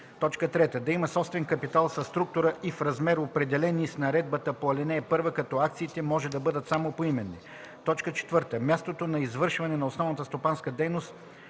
по чл. 3; 3. да има собствен капитал със структура и в размер, определени с наредбата по ал. 1, като акциите може да бъдат само поименни; 4. мястото на извършване на основната стопанска дейност